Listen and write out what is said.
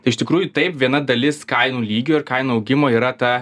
tai iš tikrųjų taip viena dalis kainų lygio ir kainų augimo yra ta